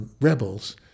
rebels